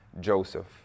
Joseph